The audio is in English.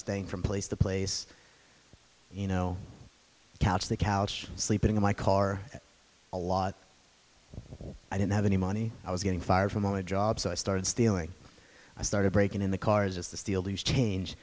staying from place to place you know couch the couch sleeping in my car a lot i didn't have any money i was getting fired from a job so i started stealing i started breaking in the cars as the